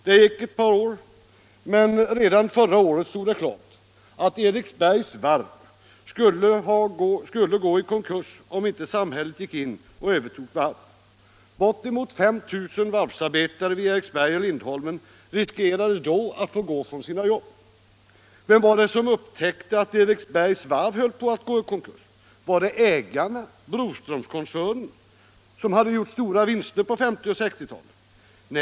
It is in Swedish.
Det gick ett par år, men redan förra året stod det klart att Eriksbergs varv skulle gå i konkurs om inte samhället gick in och övertog varvet. Bortemot 5 000 varvsarbetare vid Eriksberg och Lindholmen riskerade då att få gå från sina jobb. Vem var det som upptäckte att Eriksbergs varv höll på att gå i konkurs? Var det ägarna — Broströmskoncernen — som hade gjort stora vinster under 1950 och 1960-talen?